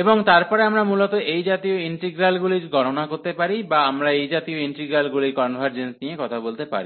এবং তারপরে আমরা মূলত এই জাতীয় ইন্টিগ্রালগুলি গণনা করতে পারি বা আমরা এই জাতীয় ইন্টিগ্রালগুলির কনভার্জেন্স নিয়ে কথা বলতে পারি